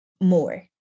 more